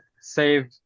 save